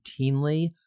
routinely